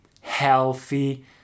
healthy